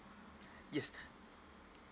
yes